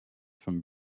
from